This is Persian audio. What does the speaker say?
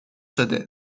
شده